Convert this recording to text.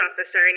officer